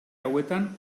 hauetan